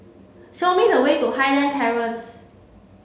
show me the way to Highland Terrace